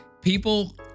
people